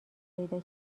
پیدا